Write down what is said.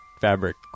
fabric